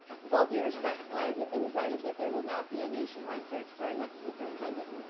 with all due respect, why has it been decided that there will not be a nationwide search for our next superintendent?